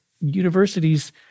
Universities